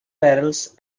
barrels